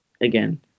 Again